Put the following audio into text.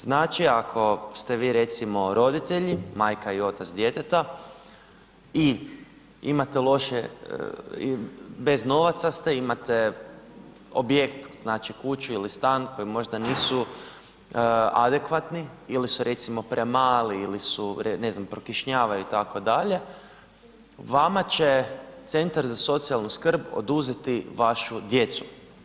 Znači ako ste vi recimo roditelji, majka i otac djeteta i bez novaca ste, imate objekt, znači kuću ili stan koji možda nisu adekvatni ili su recimo premali ili ne znam prokišnjavaju itd., vama će Centar za socijalnu skrb oduzeti vašu djecu.